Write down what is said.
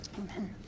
Amen